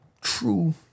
true